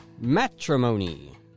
Matrimony